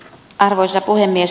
arvoisa puhemies